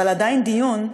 אבל עדיין דיון,